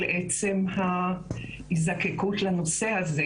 על עצם ההיזקקות לנושא הזה,